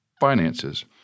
Finances